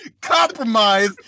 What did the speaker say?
Compromise